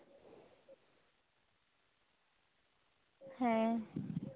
ᱦᱮᱸ